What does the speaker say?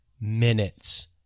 minutes